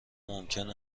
ممکن